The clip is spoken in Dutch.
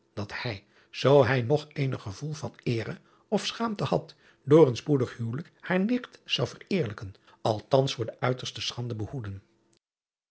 dat hij zoo hij nog eenig gevoel van eere of schaamte had door een spoedig huwelijk hare nicht zou vereerlijken althans voor de uiterste schande behoeden